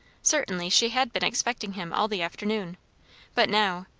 certainly she had been expecting him all the afternoon but now,